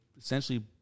essentially